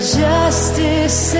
justice